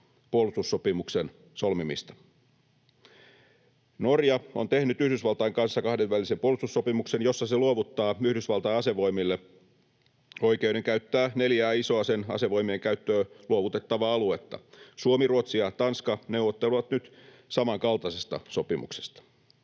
puolustussopimuksen solmimista. Norja on tehnyt Yhdysvaltain kanssa kahdenvälisen puolustussopimuksen, jossa se luovuttaa Yhdysvaltain asevoimille oikeuden käyttää neljää isoa sen asevoimien käyttöön luovutettavaa aluetta. Suomi, Ruotsi ja Tanska neuvottelevat nyt samankaltaisesta sopimuksesta.